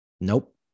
nope